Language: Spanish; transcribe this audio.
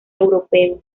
europeo